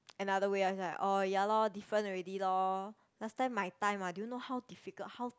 another way I was like orh ya lor different already lor last time my time ah do you know how difficult how